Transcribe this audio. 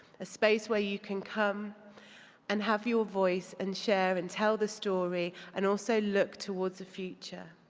a space where you can come and have your voice and chair and tell the story and also look towards the future.